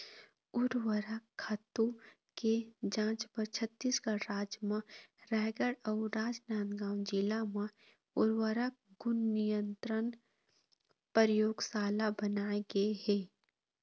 उरवरक खातू के जांच बर छत्तीसगढ़ राज म रायगढ़ अउ राजनांदगांव जिला म उर्वरक गुन नियंत्रन परयोगसाला बनाए गे हे